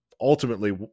ultimately